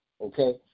Okay